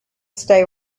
stay